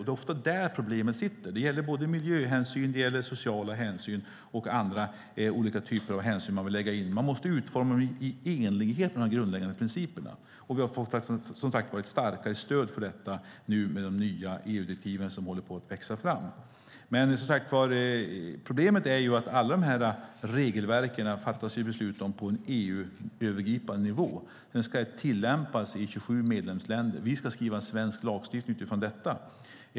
Det är ofta där problemet sitter. Det gäller miljöhänsyn, sociala hänsyn och olika typer av andra hänsyn som man vill lägga in. De måste utformas i enlighet med de grundläggande principerna. Vi har, som jag sade, fått ett starkare stöd för detta med de nya EU-direktiven som håller på att växa fram. Problemet är att besluten gällande samtliga regelverk fattas på en EU-övergripande nivå, och de ska sedan tillämpas i 27 medlemsländer. Vi ska skriva en svensk lagstiftning utifrån dem.